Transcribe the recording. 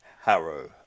Harrow